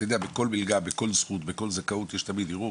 אתה יודע בכל מלגה בכל זכות בכל זכאות יש תמיד ערעור,